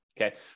okay